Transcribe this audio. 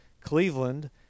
Cleveland